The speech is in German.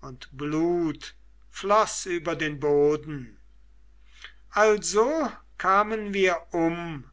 und blut floß über den boden also kamen wir um